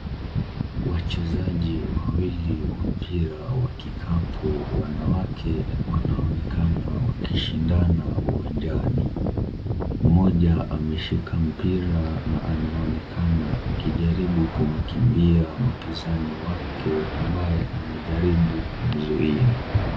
Wachezaji wawili wa mpira wa kikapu wanawake wanaonekana wakishindana uwanjani. Mmoja ameshika mpira na anaonekana akijaribu kumkimbia mpinzani wake, ambaye anajaribu kumzuia.